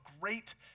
great